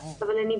אבל אני,